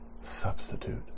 substitute